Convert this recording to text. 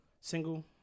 Single